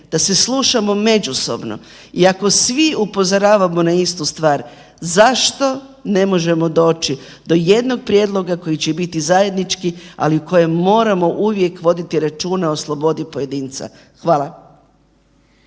da se slušamo međusobno i ako svi upozoravamo na istu stvar zašto ne možemo doći do jednog prijedlog koji će biti zajednički, ali o kojem moramo uvijek voditi računa o slobodi pojedinca. Hvala.